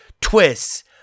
twists